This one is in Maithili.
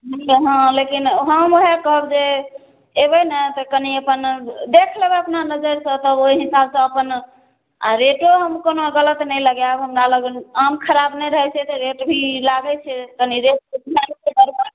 ठीक हइ हँ लेकिन हम वएह कहब जे अएबै ने तऽ कनि अपन देखि लेबै अपना नजरिसँ तब ओहि हिसाबसँ अपन रेटो हम कोनो गलत नहि लगाएब हमरालग आम खराब नहि रहै छै तऽ रेट भी लागै छै कनि रेट तेट लागै छै हर बार